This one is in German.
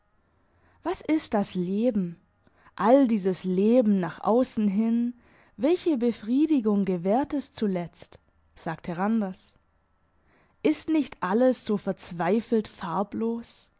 was ist das leben all dieses leben nach aussen hin welche befriedigung gewährt es zuletzt sagte randers ist nicht alles so verzweifelt farblos